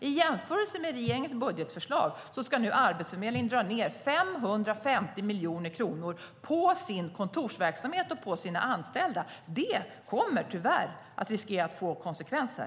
I jämförelse med regeringens budgetförslag ska nu Arbetsförmedlingen dra ned 550 miljoner kronor på sin kontorsverksamhet och på sina anställda. Det riskerar tyvärr att få konsekvenser.